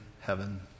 heaven